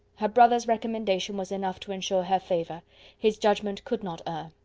her brother's recommendation was enough to ensure her favour his judgement could not err.